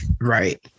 Right